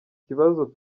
kibazo